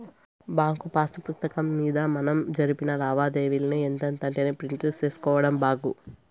bank pass పుస్తకం మింద మనం జరిపిన లావాదేవీలని ఎంతెంటనే ప్రింట్ సేసుకోడం బాగు